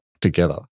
together